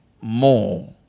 more